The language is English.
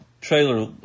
trailer